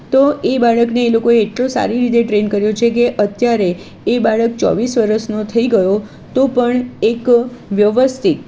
તો એ બાળકને એ લોકોએ એટલો સારી ટ્રેન કર્યો છે કે અત્યારે એ બાળક ચોવીસ વર્ષનો થઈ ગયો તો પણ એક વ્યવસ્થિત